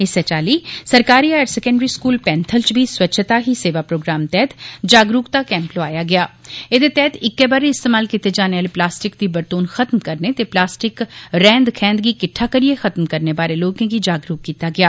इस्सै चाल्ली सरकारी हायर सकैंडरी स्कूल पैंथल च बी स्वच्छता ही सेवा प्रोग्राम तैह्त जागरूक कैंप लोआया गेआ एह्दे तैह्त इक्कै बारी इस्तेमाल कीते जाने आले प्लास्टिक रेंद खैंद गी किट्ठा करियै खत्म करने बारे लोकें गी जागरूक कीता गेआ